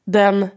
den